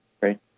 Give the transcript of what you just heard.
right